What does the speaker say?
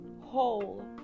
whole